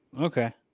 okay